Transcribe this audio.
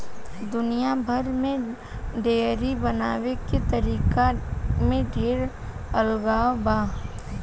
दुनिया भर के डेयरी बनावे के तरीका में ढेर अलगाव बा